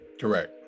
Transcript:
Correct